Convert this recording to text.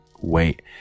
wait